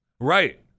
Right